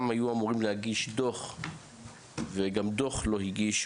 הם גם היו אמורים להגיש דוח וגם לא הגישו.